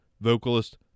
vocalist